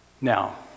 Now